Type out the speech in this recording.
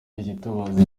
yitabaza